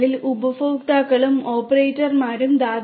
ഉപഭോക്താക്കളും ഓപ്പറേറ്റർമാരും ദാതാക്കൾ